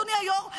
אדוני היו"ר,